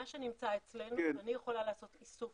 מה שנמצא אצלנו אני יכולה לעשות איסוף